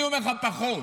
אני אומר לך: פחות.